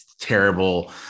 terrible